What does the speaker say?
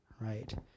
right